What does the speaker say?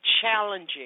challenging